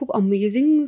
amazing